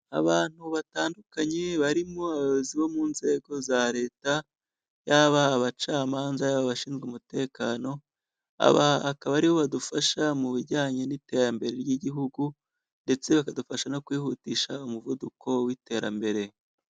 Abantu batandukanye barimo abayobozi bo mu nzego za leta, yaba abacamanza yaba abashinzwe umutekano, aba akaba ari bo badufasha mu bijyanye n'iterambere ry'igihugu ndetse bakadufasha no kwihutisha umuvuduko w'iterambere.